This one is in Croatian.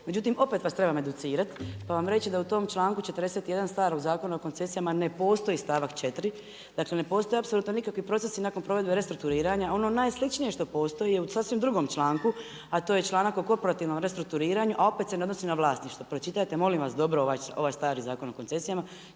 Međutim, opet vas trebam educirati, pa vam reći da u tom članku 41. starog Zakona o koncesijama ne postoji stavak 4., dakle ne postoji apsolutno nikakvi procesi nakon provedbe restrukturiranja. Ono najsličnije što postoji je u sasvim drugom članku, a to je članak o korporativnom restrukturiranju a opet se ne odnosi na vlasništvo, pročitajte molim vas dobro ovaj stari Zakon o koncesijama